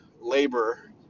labor